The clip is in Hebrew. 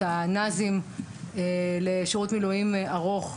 נקודות הזכות האקדמיות לשירות מילואים ארוך,